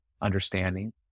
understanding